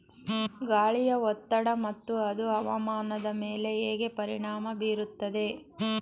ಗಾಳಿಯ ಒತ್ತಡ ಮತ್ತು ಅದು ಹವಾಮಾನದ ಮೇಲೆ ಹೇಗೆ ಪರಿಣಾಮ ಬೀರುತ್ತದೆ?